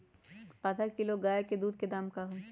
आधा किलो गाय के दूध के का दाम होई?